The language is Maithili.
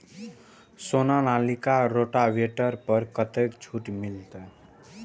सोनालिका रोटावेटर पर कतेक छूट मिलते?